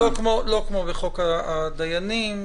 לא כמו בחוק הדיינים.